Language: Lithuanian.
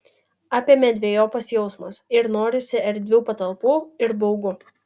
apėmė dvejopas jausmas ir norisi erdvių patalpų ir baugu